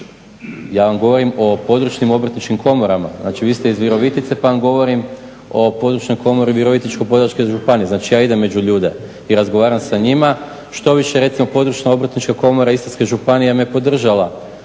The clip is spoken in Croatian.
Ja vam govorim o područnim obrtničkim komorama. Znači vi ste iz Virovitice pa vam govorim o područnoj komovi Virovitičko-podravske županije. Znači ja idem među ljude i razgovaram sa njima. Štoviše, recimo područna obrtnička komora Istarske županije me podržala